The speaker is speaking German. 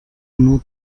nur